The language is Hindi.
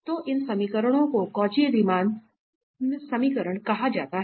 तो इन समीकरणों को कौची रीमान समीकरण कहा जाता है